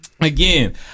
Again